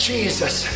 Jesus